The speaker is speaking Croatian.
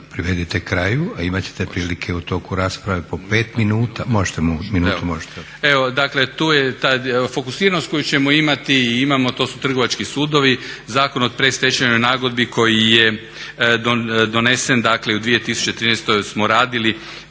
privedite kraju, a imat ćete prilike u toku rasprave po pet minuta. Možete minutu još. **Hrvatin, Branko** Evo dakle, tu je ta fokusiranost koju ćemo imati i imamo, to su trgovački sudovi, Zakon o predstečajnoj nagodbi koji je donesen dakle i u 2013. smo radili